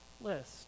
list